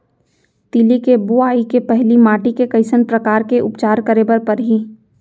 तिलि के बोआई के पहिली माटी के कइसन प्रकार के उपचार करे बर परही?